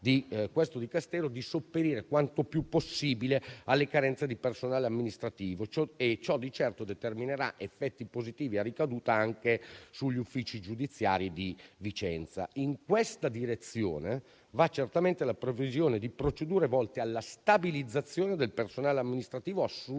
di questo Dicastero di sopperire quanto più possibile alle carenze di personale amministrativo e ciò di certo determinerà effetti positivi a ricaduta anche sugli uffici giudiziari di Vicenza. In questa direzione va certamente la previsione di procedure volte alla stabilizzazione del personale amministrativo assunto